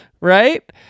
right